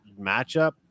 matchup